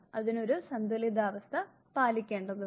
അതിന് ഒരു സന്തുലിതാവസ്ഥ പാലിക്കേണ്ടതുണ്ട്